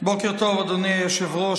בוקר טוב, אדוני היושב-ראש.